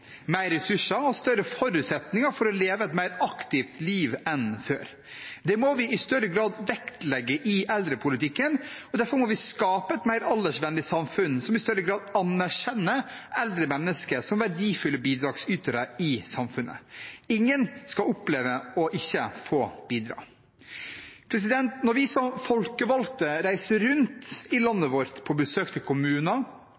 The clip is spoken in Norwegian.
mer ressurser og større forutsetninger for å leve et mer aktivt liv enn før. Det må vi i større grad vektlegge i eldrepolitikken, og derfor må vi skape et mer aldersvennlig samfunn, som i større grad anerkjenner eldre mennesker som verdifulle bidragsytere i samfunnet. Ingen skal oppleve å ikke få bidra. Når vi som folkevalgte reiser rundt i